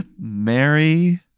Mary